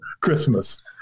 Christmas